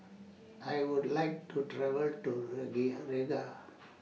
I Would like to travel to Riga